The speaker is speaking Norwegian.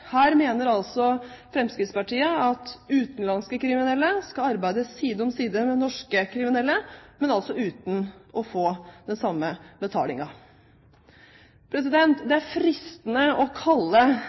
Her mener altså Fremskrittspartiet at utenlandske kriminelle skal arbeide side om side med norske kriminelle, men uten å få den samme betalingen. Det